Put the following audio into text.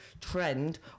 trend